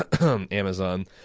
Amazon